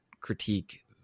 critique